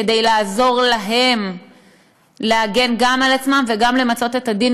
כדי לעזור להם להגן גם על עצמם וגם למצות את הדין,